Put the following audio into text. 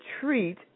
treat